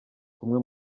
kumwe